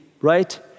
right